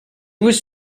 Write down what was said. was